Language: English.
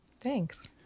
Thanks